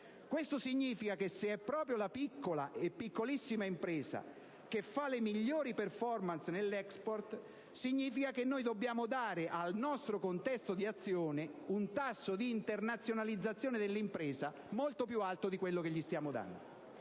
Questo significa che se é proprio la piccola e piccolissima impresa che fa le migliori performance nell'*export*, noi dobbiamo dare al nostro contesto di azione un tasso di internazionalizzazione dell'impresa molto più alto di quello che stiamo dando: